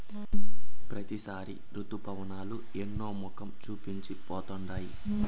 ప్రతిసారి రుతుపవనాలు ఎన్నో మొఖం చూపించి పోతుండాయి